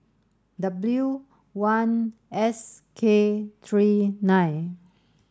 W one S K three nine